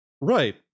Right